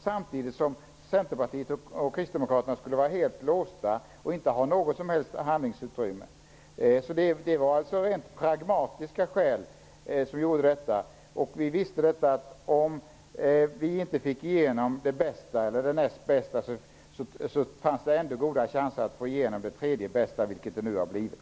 Samtidigt skulle Centerpartiet och kds bli helt låsta och inte ha något som helst handlingsutrymme. Det var rent pragmatiska skäl som låg bakom. Vi visste att om vi inte skulle få igenom det bästa eller det näst bästa förslaget då skulle det ändå finnas goda chanser att få igenom det tredje bästa förslaget, vilket nu har skett.